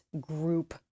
group